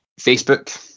Facebook